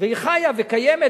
והיא חיה וקיימת,